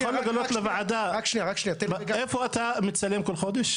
אתה יכול לגלות לוועדה איפה אתה מצלם כל חודש?